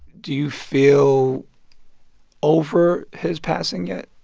do you feel over his passing yet?